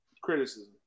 criticism